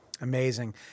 Amazing